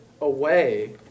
away